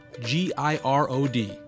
G-I-R-O-D